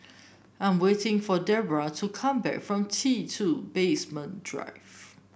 I'm waiting for Deborah to come back from T two Basement Drive